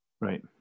Right